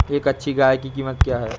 एक अच्छी गाय की कीमत क्या है?